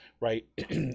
right